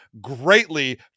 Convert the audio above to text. greatly